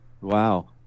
Wow